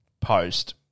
post